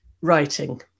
writing